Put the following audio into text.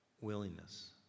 willingness